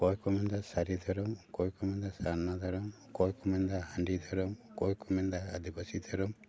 ᱚᱠᱚᱭ ᱠᱚ ᱢᱮᱱᱮᱫᱟ ᱥᱟᱹᱨᱤ ᱫᱷᱚᱨᱚᱢ ᱚᱠᱚᱭ ᱠᱚ ᱢᱮᱱᱮᱫᱟ ᱥᱟᱨᱱᱟ ᱫᱷᱚᱨᱚᱢ ᱚᱠᱚᱭ ᱠᱚ ᱢᱮᱱᱮᱫᱟ ᱦᱟᱺᱰᱤ ᱫᱷᱚᱨᱚᱢ ᱚᱠᱚᱭ ᱠᱚ ᱢᱮᱱᱮᱫᱟ ᱟᱹᱫᱤᱵᱟᱹᱥᱤ ᱫᱷᱚᱨᱚᱢ